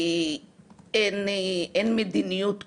אין מדיניות קבועה,